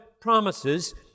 promises